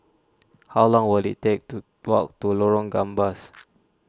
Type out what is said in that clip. how long will it take to walk to Lorong Gambas